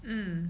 um